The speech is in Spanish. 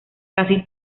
casi